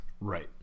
right